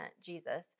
Jesus